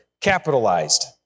capitalized